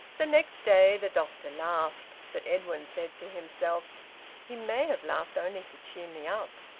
the next day the doctor laughed. but edwin said to himself he may have laughed only to cheer me up.